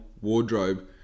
wardrobe